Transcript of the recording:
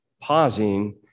pausing